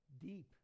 Deep